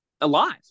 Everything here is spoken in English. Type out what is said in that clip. alive